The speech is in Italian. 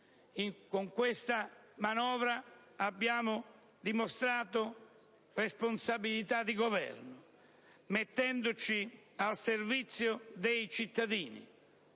con questa manovra abbiamo dimostrato responsabilità di governo, mettendoci al servizio dei cittadini.